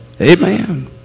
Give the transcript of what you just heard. Amen